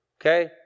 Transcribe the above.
Okay